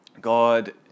God